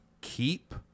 keep